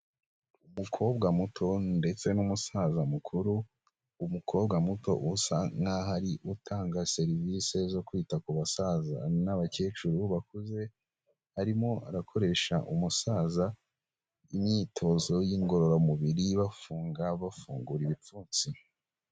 Umukobwa muto ndetse n'umusaza mukuru, umukobwa muto usa nkaho ari we utanga serivisi zo kwita ku basaza n'abakecuru bakuze, arimo arakoresha umusaza imyitozo y'ingorororamubiri, bafunga bafungura ibipfunsi.